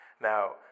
Now